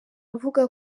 avuga